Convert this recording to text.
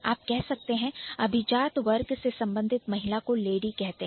आप कह सकते हैं अभिजात वर्ग से संबंधित महिला को लेडी कहा जाता है